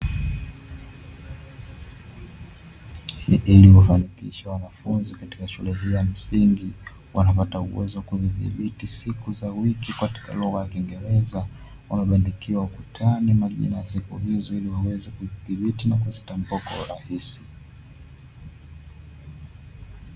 Wanafunzi katika shule hiyo ya msingi wanapata uwezo wa kuzidhibiti siku za wiki katika lugha ya kiingereza wamebandikiwa ukutani majina ya siku hizi ili waweze kudhibiti na kuzitambua rahisi.